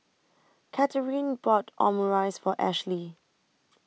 Katheryn bought Omurice For Ashlie